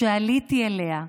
שעליתי אליה.